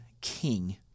king